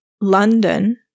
London